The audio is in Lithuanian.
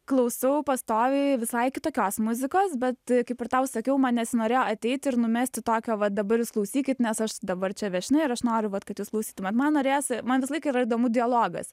klausau pastoviai visai kitokios muzikos bet kaip ir tau sakiau man nesinorėjo ateiti ir numesti tokio va dabar jūs klausykit nes aš dabar čia viešnia ir aš noriu vat kad jūs klausytumėt man norėjosi man visą laiką yra įdomu dialogas